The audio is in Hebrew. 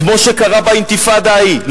כמו שקרה באינתיפאדה ההיא,